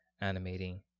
animating